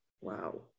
wow